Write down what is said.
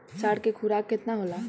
साढ़ के खुराक केतना होला?